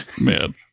man